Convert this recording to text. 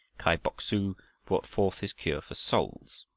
kai bok-su brought forth his cure for souls.